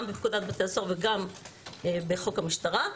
גם בפקודת בתי הסוהר וגם בחוק המשטרה,